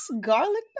garlic